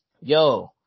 Yo